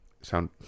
sound